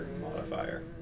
modifier